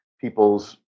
people's